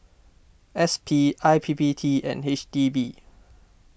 S P I P P T and H D B